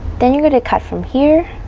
then you're going to cut from here